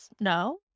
No